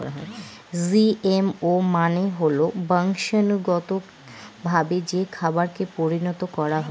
GMO মানে হল বংশানুগতভাবে যে খাবারকে পরিণত করা হয়